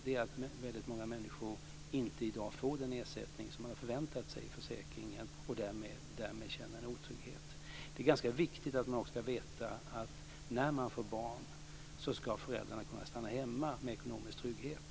Det är att väldigt många människor i dag inte får den ersättning som man har förväntat sig från försäkringen. Därmed känner de en otrygghet. Det är ganska viktigt att veta att när man får barn ska föräldrarna kunna stanna hemma med ekonomisk trygghet.